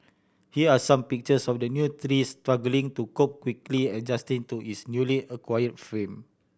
here are some pictures of the new trees struggling to cope quickly adjusting to its newly acquire fame